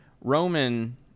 Roman